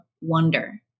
wonder